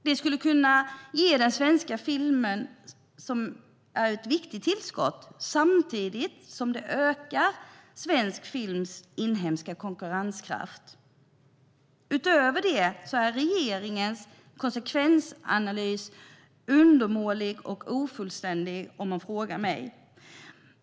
Det skulle kunna ge den svenska filmen ett viktigt tillskott samtidigt som det ökar svensk films inhemska konkurrenskraft. Utöver detta är regeringens konsekvensanalys undermålig och ofullständig, om man frågar mig.